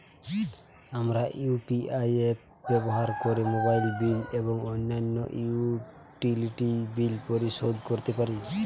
আমরা UPI apps ব্যবহার করে মোবাইল বিল এবং অন্যান্য ইউটিলিটি বিল পরিশোধ করতে পারি